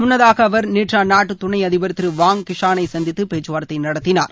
முன்னதாக அவர் நேற்று அந்நாட்டு துணை அதிபர் திரு வாங் கிஷானை சந்தித்து பேச்சுவார்த்தை நடத்தினார்